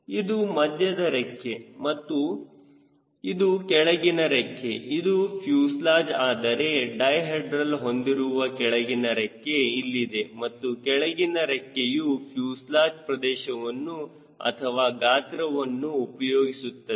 ಇದು ಮಧ್ಯದ ರೆಕ್ಕೆ ಮತ್ತು ಇದು ಕೆಳಗಿನ ರೆಕ್ಕೆ ಇದು ಫ್ಯೂಸೆಲಾಜ್ ಆದರೆ ಡೈಹೆಡ್ರಲ್ ಹೊಂದಿರುವ ಕೆಳಗಿನ ರೆಕ್ಕೆ ಇಲ್ಲಿದೆ ಮತ್ತು ಕೆಳಗಿನ ರೆಕ್ಕೆಯು ಫ್ಯೂಸೆಲಾಜ್ ಪ್ರದೇಶವನ್ನು ಅಥವಾ ಗಾತ್ರವನ್ನು ಉಪಯೋಗಿಸುತ್ತದೆ